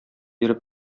йөреп